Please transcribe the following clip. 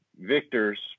victors